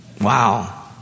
wow